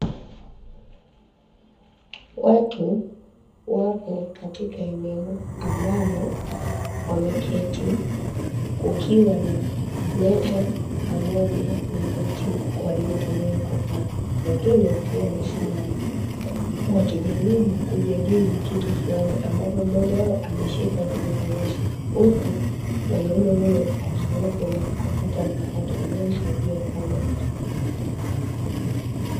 Watu wapo katika eneo ambalo wameketi kukiwa na meza pamoja na viti walivyotumia kukaa, wengine wakiwa wamesimama wakijaribu kujadili kitu fulani, ambapo mmoja wao ameshika kipeperushi, huku mwanaume huyo akiwepo na kompyuta mpakato inayomsaidia kuona vitu.